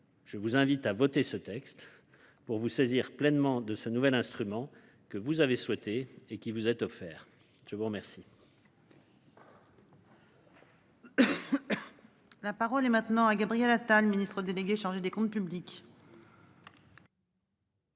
je vous invite à voter ce texte, pour vous saisir pleinement de ce nouvel instrument, que vous avez souhaité et qui vous est offert. La parole